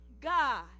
God